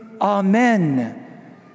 Amen